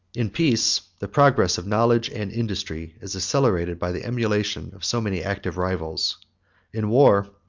in peace, the progress of knowledge and industry is accelerated by the emulation of so many active rivals in war,